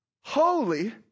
holy